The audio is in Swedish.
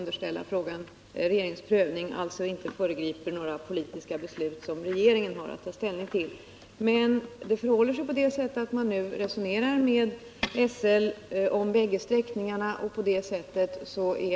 Det finns alltså inte något regeringsuppdrag för den fortsatta sträckningen.